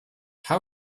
how